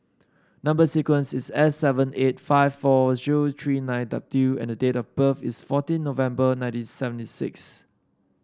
number sequence is S seven eight five four zero three nine W and the date of birth is fourteen November nineteen seventy six